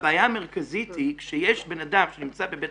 הבעיה המרכזית היא כשיש בנאדם שנמצא בבית